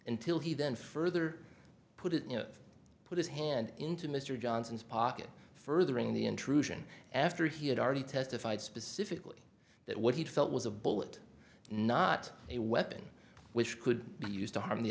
until he then further put it you know put his hand into mr johnson's pocket furthering the intrusion after he had already testified specifically that what he felt was a bullet not a weapon which could be used to harm the